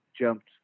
jumped